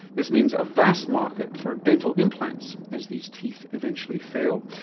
this means a vast market for dental implants as these teeth eventually fail.